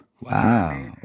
Wow